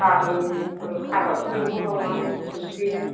गाबोनफोर हाग्राखौ एवहोबावनानै खनसेनो